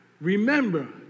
Remember